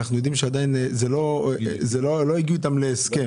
אנחנו יודעים שעדיין לא הגיעו אתם להסכם.